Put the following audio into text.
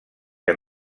que